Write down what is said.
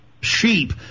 sheep